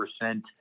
percent